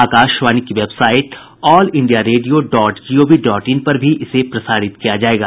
आकाशवाणी की website all India radio dot gov dot in पर भी इसे प्रसारित किया जाएगा